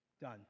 Done